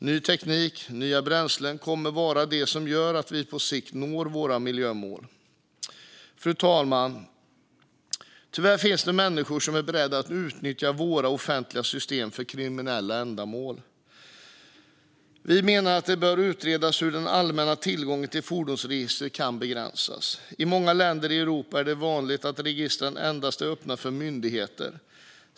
Ny teknik och nya bränslen kommer att vara det som gör att vi på sikt når våra miljömål. Fru talman! Tyvärr finns det människor som är beredda att utnyttja våra offentliga system för kriminella ändamål. Vi menar att det bör utredas hur den allmänna tillgången till fordonsregistret kan begränsas. I många länder i Europa är det vanligt att registren är öppna endast för myndigheter.